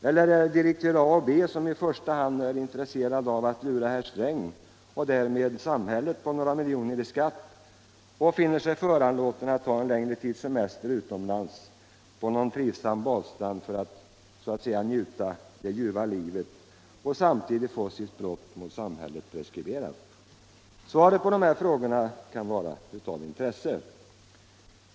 Eller är det direktör A och direktör B som i första hand är intresserade av att lura herr Sträng och därmed samhället på några miljoner i skatt och finner sig föranlåtna att ta en längre tids semester utomlands på någon trivsam badstrand för att så att säga få ”njuta det ljuva livet” och samtidigt få sitt brott mot samhället preskriberat? Svaret på dessa frågor kan vara av intresse.